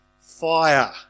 fire